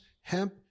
hemp